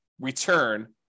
return